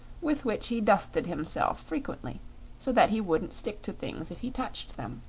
with which he dusted himself frequently so that he wouldn't stick to things if he touched them.